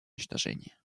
уничтожения